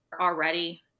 already